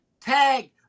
Tag